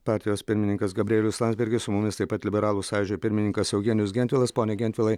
partijos pirmininkas gabrielius landsbergis su mumis taip pat liberalų sąjūdžio pirmininkas eugenijus gentvilas pone gentvilai